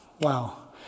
wow